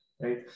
right